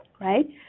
right